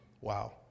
Wow